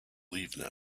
leave